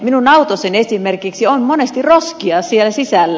minun autossani esimerkiksi on monesti roskia siellä sisällä